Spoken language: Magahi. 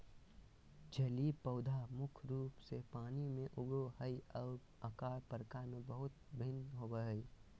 जलीय पौधा मुख्य रूप से पानी में उगो हइ, और आकार प्रकार में बहुत भिन्न होबो हइ